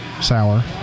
sour